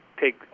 take